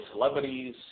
celebrities